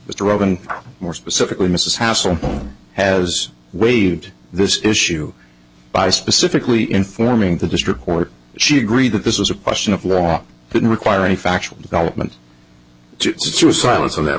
rove and more specifically mrs hassel has waived this issue by specifically informing the district court she agreed that this was a question of law didn't require any factual development to silence or that